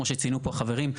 כמו שציינו פה חברים,